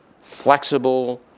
flexible